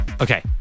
okay